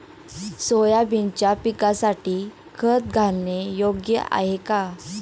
सोयाबीनच्या पिकासाठी खत घालणे योग्य आहे का?